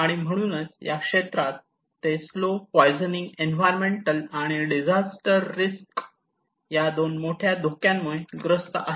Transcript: आणि म्हणून या क्षेत्रात ते slow poisoning environmental and disaster risk या दोन मोठ्या धोक्यामुळे ग्रस्त आहेत